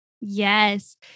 yes